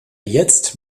jetzt